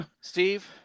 steve